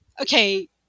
Okay